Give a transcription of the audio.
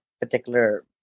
particular